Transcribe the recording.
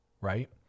right